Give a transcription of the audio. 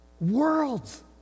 world's